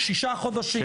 שישה חודשים?